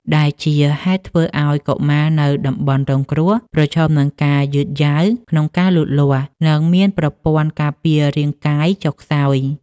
ដែលជាហេតុធ្វើឱ្យកុមារនៅតំបន់រងគ្រោះប្រឈមនឹងការយឺតយ៉ាវក្នុងការលូតលាស់ និងមានប្រព័ន្ធការពាររាងកាយចុះខ្សោយ។